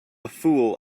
fool